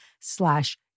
slash